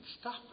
stop